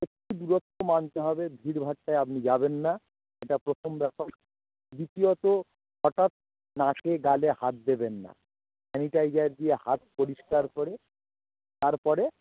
একটু দূরত্ব মানতে হবে ভিড় ভাট্টায় আপনি যাবেন না এটা প্রথম ব্যাপার দ্বিতীয়ত হঠাৎ নাকে গালে হাত দেবেন না স্যানিটাইজার দিয়ে হাত পরিষ্কার করে তারপরে